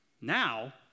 Now